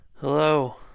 hello